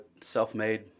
self-made